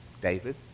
David